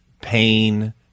pain